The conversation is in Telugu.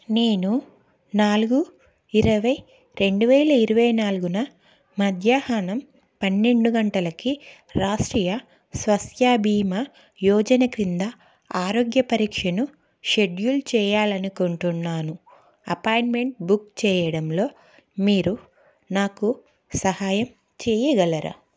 నేను నాలుగు ఇరవై రెండు వేల ఇరవై నాలుగున మధ్యాహ్నం పన్నెండు గంటలకి రాష్ట్రీయ స్వాస్థ్య బీమా యోజన క్రింద ఆరోగ్య పరీక్షను షెడ్యూల్ చేయాలి అనుకుంటున్నాను అపాయింట్మెంట్ బుక్ చేయడంలో మీరు నాకు సహాయం చేయగలరా